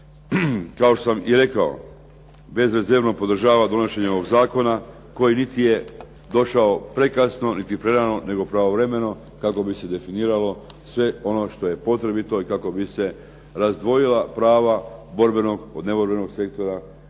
kao što sam i rekao, bezrezervno podržava donošenje ovog zakona koji niti je došao prekasno niti prerano nego pravovremeno kako bi se definiralo sve ono što je potrebito i kako bi se razdvojila prava borbenog od neborbenog sektora